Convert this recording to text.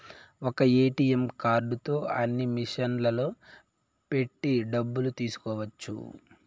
ఒక్క ఏటీఎం కార్డుతో అన్ని మిషన్లలో పెట్టి డబ్బులు తీసుకోవచ్చు